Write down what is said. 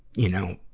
you know,